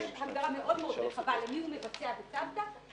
יש הגדרה מאוד רחבה לשאלה מיהו מבצע בצוותא.